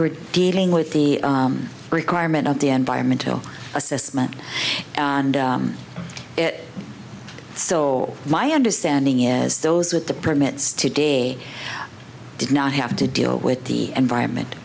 were dealing with the requirement of the environmentalists assessment and it still my understanding is those with the permits today did not have to deal with the environment